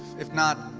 if not,